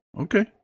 Okay